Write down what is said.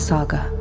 Saga